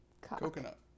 Coconut